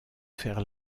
faire